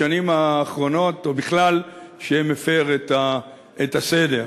בשנים האחרונות או בכלל, שמפר את הסדר.